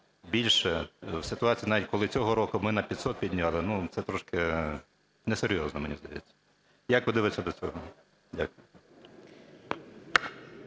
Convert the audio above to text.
більше в ситуації, навіть коли цього року ми на 500 підняли, ну це трошки несерйозно, мені здається. Як ви дивитися до цього? Дякую.